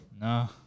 No